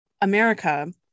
america